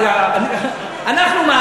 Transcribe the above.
אנחנו,